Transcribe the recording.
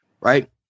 right